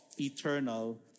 eternal